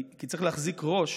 כי צריך להחזיק ראש